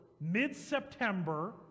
mid-September